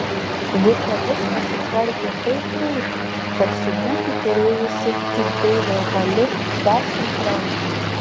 vika viską sutvarkė taip greitai tarsi būtų turėjusi kaip deivė hali dešimt rankų